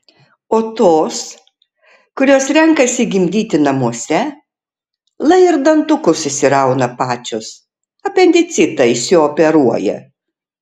o tos kurios renkasi gimdyti namuose lai ir dantukus išsirauna pačios apendicitą išsioperuoja